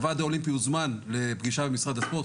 הוועד האולימפי הוזמן לפגישה במשרד הספורט,